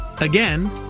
Again